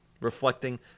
reflecting